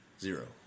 Zero